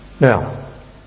Now